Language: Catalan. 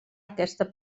aquesta